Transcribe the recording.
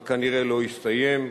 זה כנראה לא יסתיים,